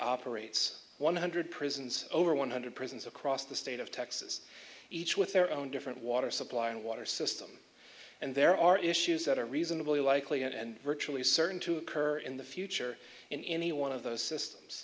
operates one hundred prisons over one hundred prisons across the state of texas each with their own different water supply and water system and there are issues that are reasonably likely and virtually certain to occur in the future in any one of those systems